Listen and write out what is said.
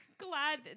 Glad